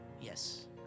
Yes